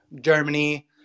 germany